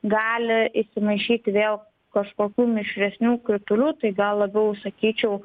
gali įsimaišyti vėl kažkokių mišresnių kritulių tai gal labiau sakyčiau